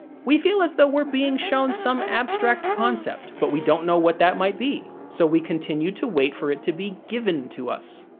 we feel as though we're being shown some abstract concept, but we don't know what that might be, so we continue to wait for it to be given to us.